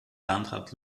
landrat